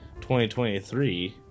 2023